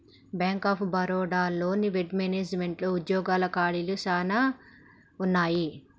bank of Baroda లోని వెడ్ మేనేజ్మెంట్లో ఉద్యోగాల ఖాళీలు చానా ఉన్నయి